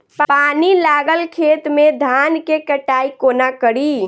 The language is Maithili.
पानि लागल खेत मे धान केँ कटाई कोना कड़ी?